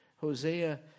Hosea